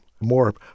more